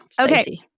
Okay